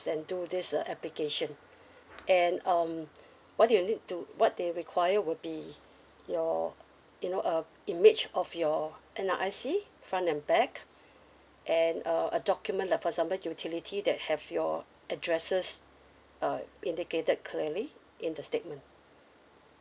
and do this uh application and um what do you need to what they require would be your you know uh image of your N_R_I_C front and back and a a document lah for example utility that have your addresses uh indicated clearly in the statement